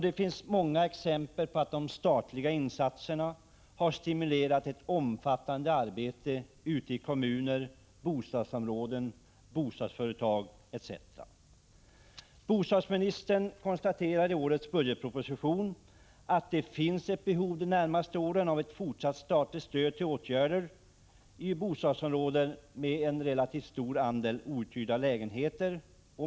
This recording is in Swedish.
Det finns många exempel på att de statliga insatserna har stimulerat ett omfattande arbete ute i kommuner, bostadsområden, bostadsföretag, etc. Bostadsministern konstaterar i årets budgetproposition att det under de närmaste åren kommer att finnas ett behov av ett fortsatt statligt stöd till åtgärder i bostadsområden med en relativt stor andel outhyrda lägenheter.